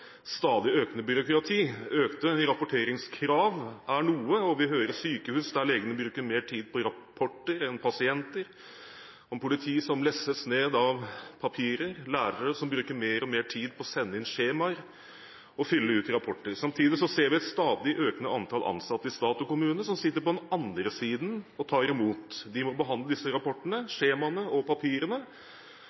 stadig økende byråkrati. Økte rapporteringskrav er noe. Vi hører om sykehus der legene bruker mer tid på rapporter enn på pasienter, om politi som lesses ned av papirer, om lærere som bruker mer og mer tid på å sende inn skjemaer og fylle ut rapporter. Samtidig ser vi et stadig økende antall ansatte i stat og kommune som sitter på den andre siden og tar imot. De må behandle disse rapportene, skjemaene og papirene.